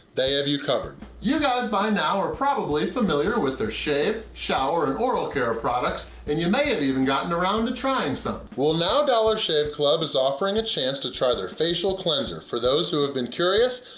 they have you covered. you guys by now are probably familiar with their shave, shower, and oral care products, and you may have even gotten around to trying some. well, now dollar shave club is offering a chance to try their facial cleanser for those who have been curious,